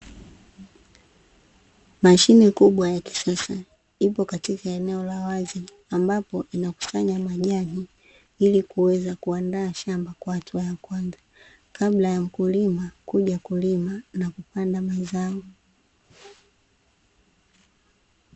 Mashine kubwa ya kisasa ipo katika eneo la wazi ambapo inakusanya majani ili kuweza kuandaa shamba kwa hatua ya kwanza, kabla ya kulima kuja kulima na kupanda mazao.